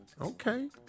Okay